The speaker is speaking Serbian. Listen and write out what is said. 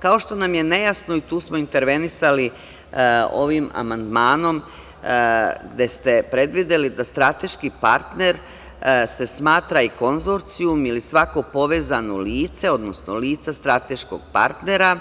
Kao što nam je nejasno, i tu smo intervenisali ovim amandmanom, gde ste predvideli da strateški partner se smatra i konzorcijum ili svako povezano lice, odnosno lice strateškog partnera,